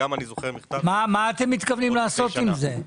מה אתם מתכוונים לעשות עם זה?